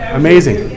amazing